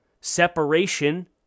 separation